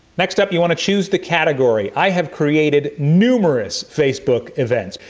next up you want to choose the category. i have created numerous facebook events,